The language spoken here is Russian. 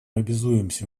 обязуемся